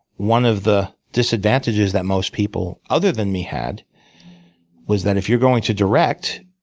one of the disadvantages that most people other than me had was that if you're going to direct,